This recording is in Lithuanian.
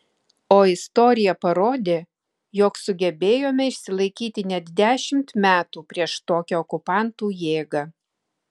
o istorija parodė jog sugebėjome išsilaikyti net dešimt metų prieš tokią okupantų jėgą